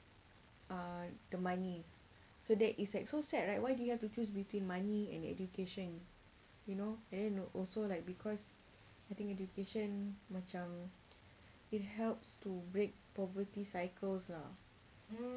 uh the money so that is like so sad right why do you have to choose between money and education you know then also like because I think education macam it helps to break poverty cycles lah